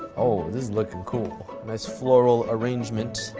oh this is lookin' cool, nice floral arrangement.